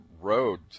road